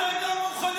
אתם לא מוכנים.